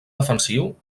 defensiu